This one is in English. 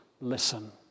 listen